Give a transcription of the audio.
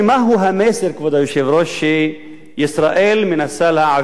מהו המסר שישראל מנסה להעביר לעולם כולו